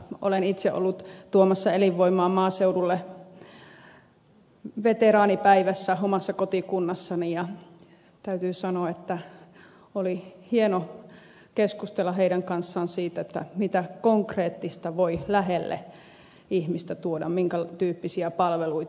olen itse ollut tuomassa elinvoimaa maaseudulle veteraanipäivässä omassa kotikunnassani ja täytyy sanoa että oli hieno keskustella heidän kanssaan siitä mitä konkreettista voi lähelle ihmistä tuoda minkä tyyppisiä palveluita